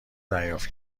دریافت